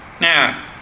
Now